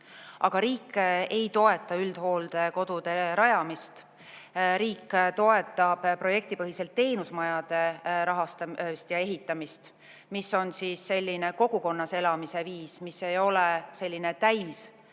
Aga riik ei toeta üldhooldekodude rajamist. Riik toetab projektipõhiselt teenusmajade rahastamist ja ehitamist. See on selline kogukonnas elamise viis, mis ei ole täishooldus